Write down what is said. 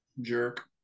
Jerk